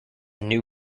new